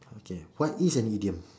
okay what is an idiom